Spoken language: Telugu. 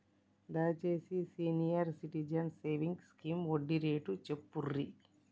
దయచేసి సీనియర్ సిటిజన్స్ సేవింగ్స్ స్కీమ్ వడ్డీ రేటు చెప్పుర్రి